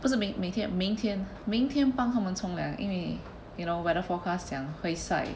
不是每每天明天明天帮他们冲凉应为 okay lor weather forecast 讲会晒